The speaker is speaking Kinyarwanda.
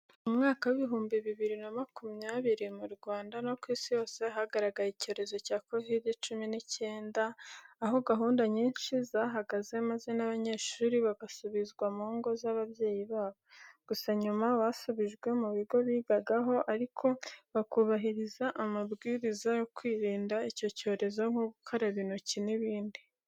Mu mwaka w'ibihumbi bibiri na makumyabiri mu Rwanda no ku isi yose hagaragaye icyorezo cya kovide cyumi n'icyenda, aho gahunda nyinshi zahagaze maze n'abanyeshuri bagasubizwa mu ngo z'ababyeyi babo. Gusa nyuma basubijwe ku bigo bigagaho ariko bakubahiriza amabwiriza yo kwirinda icyo cyorezo nko gukaraba intoki n'ibindi.